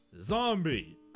Zombie